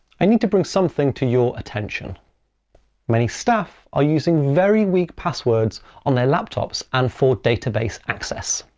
i need to bring something to your attention many staff are using very weak passwords on their laptops and for database access.